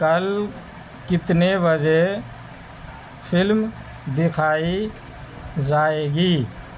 کل کتنے بجے فلم دکھائی جائے گی